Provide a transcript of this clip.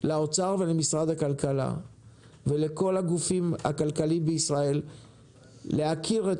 לאוצר ולמשרד הכלכלה ולכל הגופים הכלכליים בישראל להכיר את